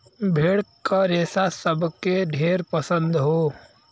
भेड़ क रेसा सबके ढेर पसंद हौ